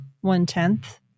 one-tenth